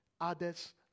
Others